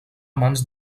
mans